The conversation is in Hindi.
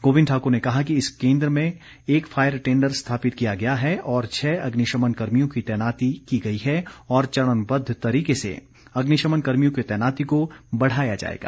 गोविंद ठाकुर ने कहा कि इस केंद्र में एक फायर टेंडर स्थापित किया गया है और छ अग्निशमन कर्मियो की तैनाती की गई है और चरणबद्द तरीके से अग्निशमन कर्मियों की तैनाती को बढ़ाया जाएगा